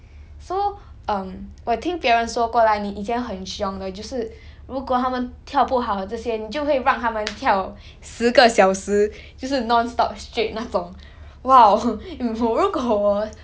so um 我听别人说过 lah 你以前很凶的就是如果他们跳不好这些你就会让他们跳十个小时就是 nonstop straight 那种 !wow! 我如果我